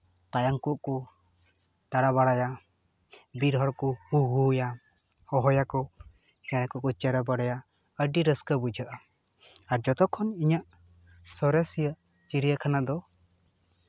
ᱛᱟᱭᱟᱱ ᱠᱚ ᱠᱚ ᱫᱟᱬᱟ ᱵᱟᱲᱟᱭᱟ ᱵᱤᱨ ᱦᱚᱲ ᱠᱚ ᱦᱩ ᱦᱩ ᱭᱟ ᱦᱚᱦᱚᱭᱟᱠᱚ ᱪᱮᱬᱮ ᱠᱚᱠᱚ ᱪᱮᱨᱚ ᱵᱮᱨᱚᱭᱟ ᱟᱹᱰᱤ ᱨᱟᱹᱥᱠᱟᱹ ᱵᱩᱡᱷᱟᱹᱜᱼᱟ ᱟᱨ ᱡᱷᱚᱛᱚ ᱠᱷᱚᱱ ᱤᱧᱟᱹᱜ ᱥᱚᱨᱮᱥᱤᱭᱟᱹ ᱪᱤᱲᱭᱟᱠᱷᱟᱱᱟ ᱫᱚ